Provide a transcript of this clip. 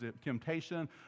temptation